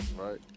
Right